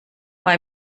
war